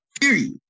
period